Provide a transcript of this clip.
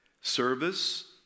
service